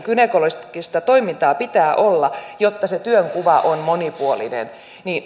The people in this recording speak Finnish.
gynekologista toimintaa pitää olla jotta se työnkuva on monipuolinen